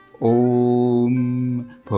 Om